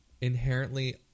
inherently